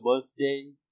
birthday